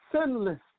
sinless